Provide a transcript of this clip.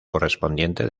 correspondiente